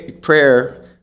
prayer